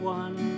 one